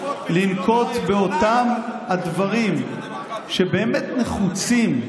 לנקוט באותם הדברים שבאמת נחוצים,